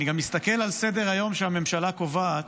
אני גם מסתכל על סדר-היום שהממשלה קובעת.